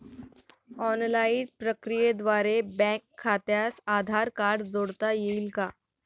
Online प्रक्रियेद्वारे bank खात्यास Aadhaar card जोडता येईल का?